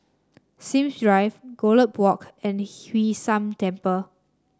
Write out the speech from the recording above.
Sims Drive Gallop Walk and Hwee San Temple